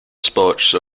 sports